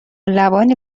لبانی